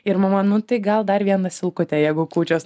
ir mama nu tai gal dar vieną silkutę jeigu kūčios